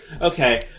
okay